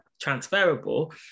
transferable